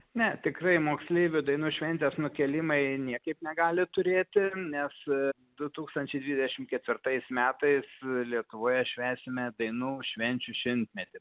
ne tikrai moksleivių dainų šventės nukėlimai niekaip negali turėti nes du tūkstančiai dvidešim ketvirtais metais lietuvoje švęsime dainų švenčių šimtmetį